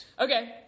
Okay